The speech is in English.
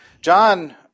John